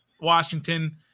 Washington